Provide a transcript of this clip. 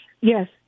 Yes